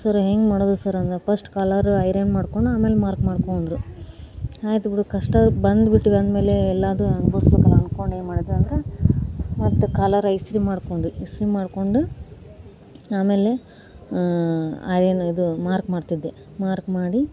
sir ಹೇಗೆ ಮಾಡೋದು sir ಅಂದು ಫಸ್ಟ್ ಕಾಲರ್ ಐರನ್ ಮಾಡಿಕೊಂಡು ಆಮೇಲೆ ಮಾರ್ಕ್ ಮಾಡಿಕೋ ಅಂದರು ಆಯ್ತು ಬಿಡು ಕಷ್ಟ ಬಂದ್ಬಿಟ್ವಿ ಅಂದಮೇಲೆ ಎಲ್ಲವೂ ಅನುಭವಿಸಬೇಕಲ್ಲ ಅಂದ್ಕೊಂಡು ಏನು ಮಾಡಿದ್ವಿ ಅಂದ್ರೆ ಮೊದಲು ಕಾಲರ್ ಇಸ್ತ್ರಿ ಮಾಡಿಕೊಂಡ್ವಿ ಇಸ್ತ್ರಿ ಮಾಡಿಕೊಂಡು ಆಮೇಲೆ ಐರನ್ ಇದು ಮಾರ್ಕ್ ಮಾಡ್ತಿದ್ದೆ ಮಾರ್ಕ್ ಮಾಡಿ